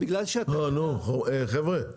חבר'ה,